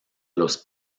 los